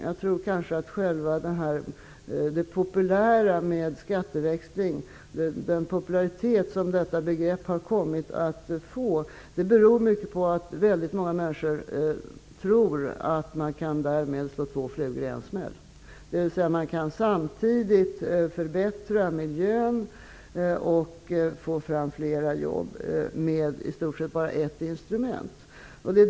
Den popularitet som begreppet skatteväxling har kommit att få beror på att många människor tror att man därmed kan slå två flugor i en smäll. Man kan förbättra miljön och samtidigt få fram flera jobb med i stort sett bara ett instrument.